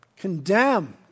condemned